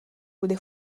bude